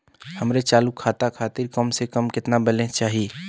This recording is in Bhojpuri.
हमरे चालू खाता खातिर कम से कम केतना बैलैंस चाही?